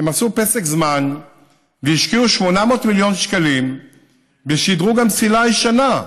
הם עשו פסק זמן והשקיעו 800 מיליון שקלים בשדרוג המסילה הישנה,